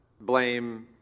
blame